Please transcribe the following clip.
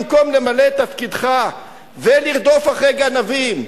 במקום למלא את תפקידך ולרדוף אחרי גנבים,